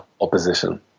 opposition